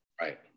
Right